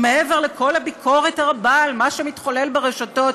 שמעבר לכל הביקורת הרבה על מה שמתחולל ברשתות,